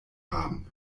haben